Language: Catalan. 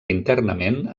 internament